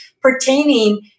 pertaining